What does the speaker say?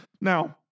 Now